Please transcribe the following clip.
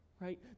right